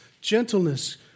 gentleness